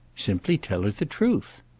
simply tell her the truth.